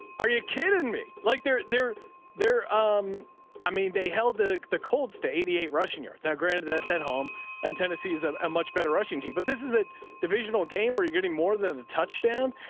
are you kidding me? like they're they're they're um i mean, they held the the colts to eighty eight rushing yards. now granted that's at home and tennessee is ah a much better rushing team, but this is a divisional game where you're getting more than a touchdown.